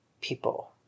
people